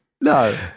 No